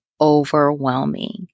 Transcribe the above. overwhelming